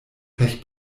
pech